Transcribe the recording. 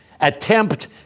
attempt